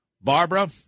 Barbara